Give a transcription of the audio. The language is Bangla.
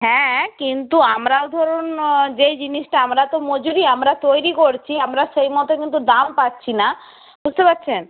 হ্যাঁ কিন্তু আমরাও ধরুন যেই জিনিসটা আমরা তো মজুরি আমরা তৈরি করছি আমরা সেই মতো কিন্তু দাম পাচ্ছি না বুঝতে পারছেন